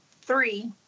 three